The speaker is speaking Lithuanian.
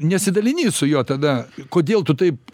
nesidalini su juo tada kodėl tu taip